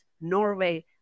Norway